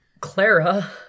Clara